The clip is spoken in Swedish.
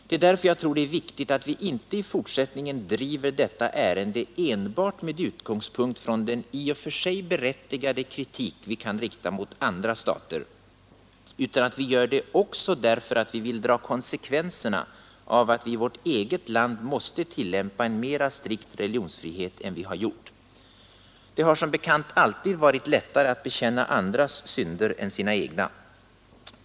Det är därför det är viktigt att vi inte i fortsättningen driver detta ärende enbart med utgångspunkt i den i och för sig berättigade kritik vi kan rikta mot andra stater, utan att vi gör det också därför att vi vill dra konsekvenserna av att vi i vårt eget land måste tillämpa en mera strikt religionsfrihet än vi har gjort. Det har som bekant alltid varit lättare att bekänna andras synder än sina egna!